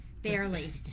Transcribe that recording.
barely